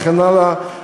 וכן הלאה.